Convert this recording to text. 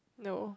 the